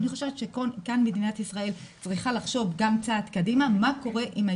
אני חושבת שכאן מדינת ישראל צריכה לחשוב גם צעד קדימה מה קורה עם היתום,